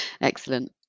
Excellent